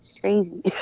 Crazy